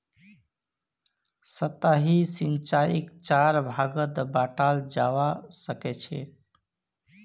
सतही सिंचाईक चार भागत बंटाल जाबा सखछेक